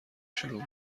شروع